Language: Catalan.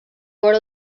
vora